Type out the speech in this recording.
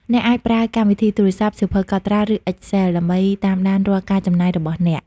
អ្នកអាចប្រើកម្មវិធីទូរស័ព្ទ សៀវភៅកត់ត្រា ឬ Excel ដើម្បីតាមដានរាល់ការចំណាយរបស់អ្នក។